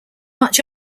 much